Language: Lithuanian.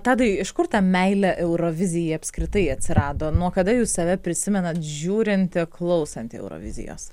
tadai iš kur ta meilė eurovizijai apskritai atsirado nuo kada jūs save prisimenat žiūrintį klausantį eurovizijos